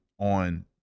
on